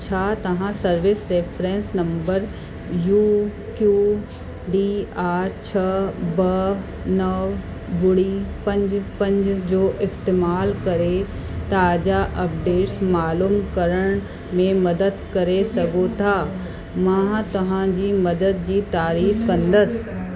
छा तव्हां service reference number U Q D R छह ॿ नव ॿुड़ी पंज पंज जो इस्तेमालु करे ताज़ा अपडेट्स मालूम करण में मदद करे सघो था मां तव्हांजी मदद जी तारीफ़ु कंदसि